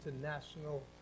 international